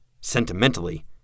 Sentimentally